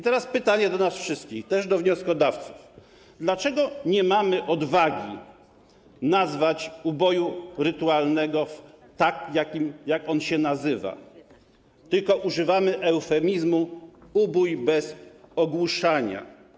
Teraz pytanie do nas wszystkich, do wnioskodawców też: Dlaczego nie mamy odwagi nazwać uboju rytualnego tak, jak on się nazywa, tylko używamy eufemizmu: ubój bez ogłuszania.